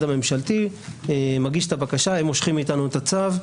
ממשלתי הוא מגיש את הבקשה והם מושכים מאיתנו את הצו,